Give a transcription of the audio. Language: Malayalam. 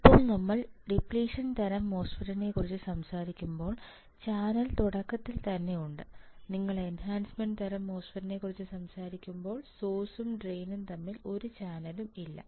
ഇപ്പോൾ നമ്മൾ ഡിപ്ലിഷൻ തരം മോസ്ഫെറ്റ്നെക്കുറിച്ച് സംസാരിക്കുമ്പോൾ ചാനൽ തുടക്കത്തിൽ തന്നെ ഉണ്ട് നിങ്ങൾ എൻഹാൻസ്മെൻറ് തരം മോസ്ഫെറ്റിനെക്കുറിച്ച് സംസാരിക്കുമ്പോൾ സോഴ്സും ഡ്രെയിനും തമ്മിൽ ഒരു ചാനലും ഇല്ല